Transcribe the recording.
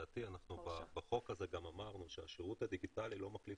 אנחנו בחוק הזה גם אמרנו שהשירות הדיגיטלי לא מחליף